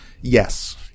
Yes